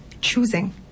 choosing